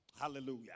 Hallelujah